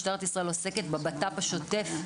משטרת ישראל עוסקת בבט"פ השוטף,